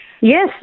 Yes